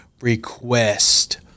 request